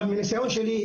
אבל מניסיון שלי,